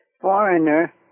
Foreigner